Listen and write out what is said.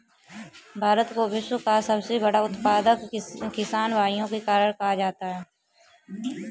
भारत को विश्व का सबसे बड़ा उत्पादक किसान भाइयों के कारण कहा जाता है